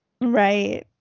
Right